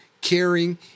caring